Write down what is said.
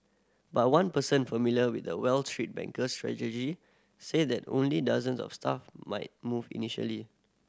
but one person familiar with the Wall Street bank's strategy said that only dozens of staff might move initially